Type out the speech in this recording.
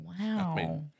Wow